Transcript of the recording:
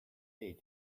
hey